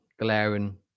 glaring